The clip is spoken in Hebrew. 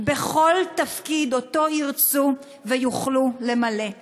בכל תפקיד שירצו ויוכלו למלא.